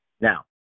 Now